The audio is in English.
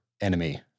enemy